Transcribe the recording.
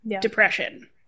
depression